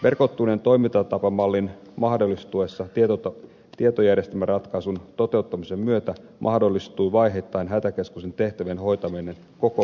verkottuneen toimintatapamallin mahdollistuessa tietojärjestelmäratkaisun toteuttamisen myötä mahdollistuu vaiheittain hätäkeskuksen tehtävien hoitaminen koko maan alueella